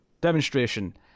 demonstration